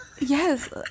Yes